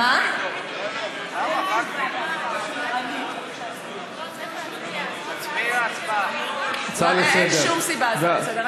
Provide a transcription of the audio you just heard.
אין שום סיבה לעשות הצעה לסדר-היום.